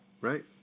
Right